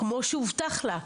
כמו שהובטח לה.